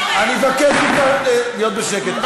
אני מבקש להיות בשקט.